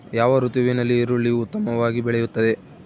ಯಾವ ಋತುವಿನಲ್ಲಿ ಈರುಳ್ಳಿಯು ಉತ್ತಮವಾಗಿ ಬೆಳೆಯುತ್ತದೆ?